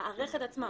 המערכת עצמה,